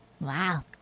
Wow